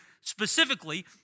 specifically